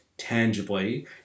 tangibly